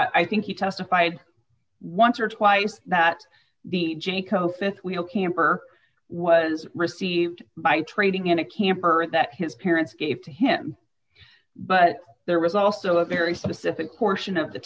testify i think he testified once or twice that the jayco th wheel camper was received by trading in a camper that his parents gave to him but there was also a very specific portion of the